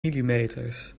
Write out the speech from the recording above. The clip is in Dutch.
millimeters